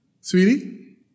Sweetie